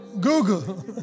Google